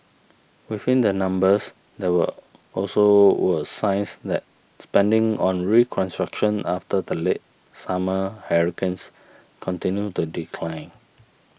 within the numbers there were also were signs that spending on reconstruction after the late summer hurricanes continued to decline